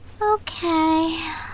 Okay